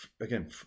again